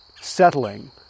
settling